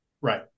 Right